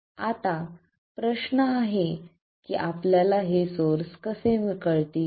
आता प्रश्न आहे की आपल्याला हे सोर्स कसे कळतील